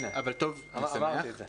הנה, אמרתי את זה.